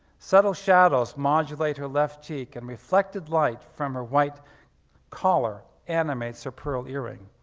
subtle shadows modulate her left cheek and reflected light from her white collar animates her pearl earring,